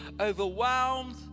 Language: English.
overwhelmed